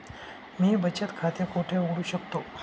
मी बचत खाते कोठे उघडू शकतो?